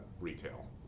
retail